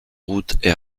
route